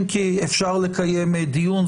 אם כי אפשר לקיים דיון,